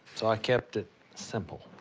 so i kept it simple.